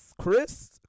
Chris